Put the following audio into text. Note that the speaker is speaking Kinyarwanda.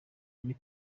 muri